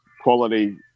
quality –